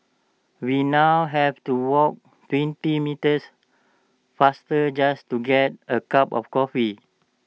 we now have to walk twenty meters faster just to get A cup of coffee